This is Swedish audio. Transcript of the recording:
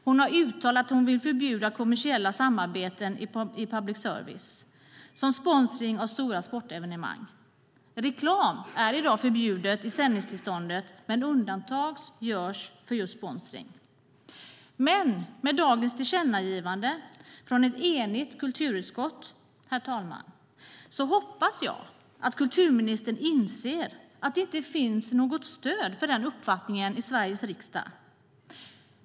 Hon har uttalat att hon vill förbjuda kommersiella samarbeten i public service som sponsring av stora sportevenemang. Reklam är i dag förbjudet i sändningstillståndet, men undantag görs för just sponsring. Med dagens tillkännagivande från ett enigt kulturutskott hoppas jag att kulturministern inser att det inte finns något stöd för den uppfattningen i Sveriges riksdag.